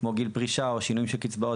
כמו גיל פרישה או שינויים של קצבאות,